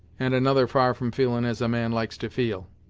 and another far from feelin' as a man likes to feel.